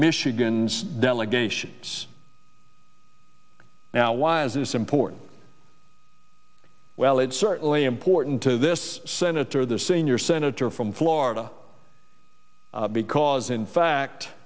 michigan's delegations now why is this important well it's certainly important to this senator the senior senator from florida because in fact